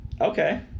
Okay